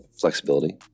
flexibility